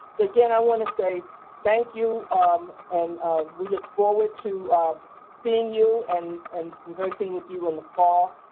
again i want to say thank you and we look forward to seeing you and and conversing with you in the fall.